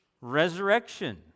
resurrection